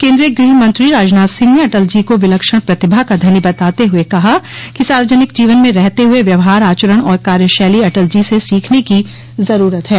केन्द्रीय गृह मंत्री राजनाथ सिंह ने अटल जी को विलक्षण प्रतिभा का धनी बताते हुये कहा कि सार्वजनिक जीवन में रहते हुये व्यवहार आचरण और कार्यशैली अटल जी से सीखने की जरूरत है